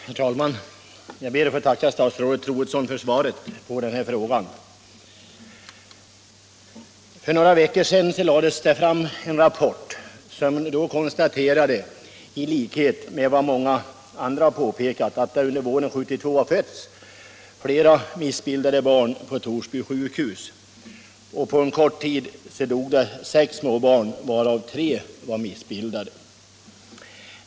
Herr talman! Jag ber att få tacka statsrådet Troedsson för svaret på min fråga. För några veckor sedan framlades en rapport, vari konstaterades att det, såsom många tidigare påpekat, under våren 1972 hade fötts flera missbildade barn på Torsby sjukhus. På kort tid dog sex småbarn, varav tre var missbildade.